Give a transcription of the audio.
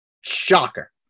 Shocker